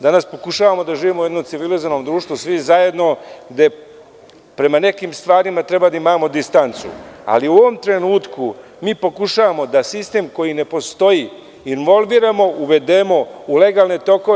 Danas pokušavamo da živimo u jednom civilizovanom društvu svi zajedno, gde prema nekim stvarima treba da imamo distancu, ali, u ovom trenutku mi pokušavamo da sistem koji ne postoji involviramo i uvedemo u legalne tokove.